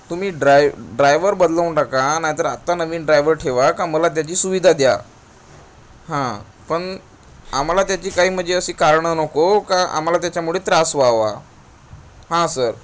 तुम्ही dry driver बदलवून टाका नाहीतर आत्ता नवीन ड्रायव्हर ठेवा का मला त्याची सुविधा द्या हां पण आम्हाला त्याची काही म्हणजे अशी कारणं नको का आम्हाला त्याच्यामुळे त्रास व्हावा हा सर